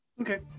Okay